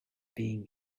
being